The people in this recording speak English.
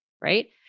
right